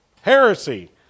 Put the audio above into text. heresy